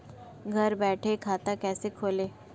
घर बैठे खाता कैसे खोलें?